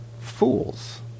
Fools